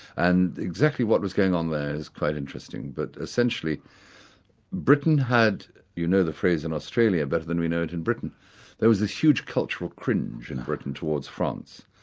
and exactly what was going on there is quite interesting, but essentially britain had you know the phrase in australia, better than we know it in britain there was this huge cultural cringe in britain towards france.